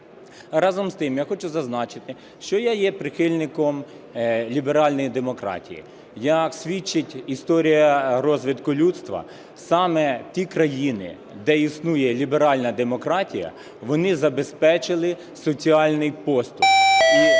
Разом з тим я хочу зазначити, що я є прихильником ліберальної демократії. Як свідчить історія розвитку, саме ті країни, де існує ліберальна демократія, вони забезпечили соціальний поступ.